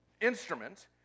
instruments